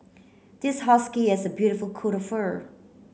this husky has a beautiful coat of fur